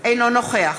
אינו נוכח